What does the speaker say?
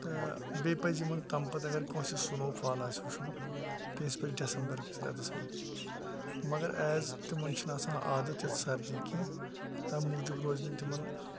تہٕ بیٚیہِ پَزِ یِمَن تمہِ پَتہٕ اَگَر کٲنٛسہِ سنو فال آسہِ وُچھُن تٔمِس پَزِ ڈیٚسَمبَر کِس ریٚتَس مَنٛز مَگَر ایز تِمَن چھُنہٕ آسان عادَت یَتھ سَردی کینٛہہ تمہِ موٗجوب روزنہٕ تِمَن